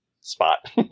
spot